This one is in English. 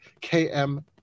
KM